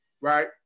Right